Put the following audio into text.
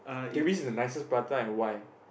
is the nicest prata and why